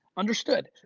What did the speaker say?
understood.